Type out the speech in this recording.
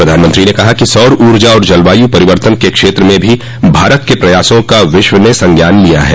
प्रधानमंत्री ने कहा कि सौर ऊर्जा और जलवायु परिवर्तन के क्षेत्र में भी भारत के प्रयासों का विश्व ने संज्ञान लिया है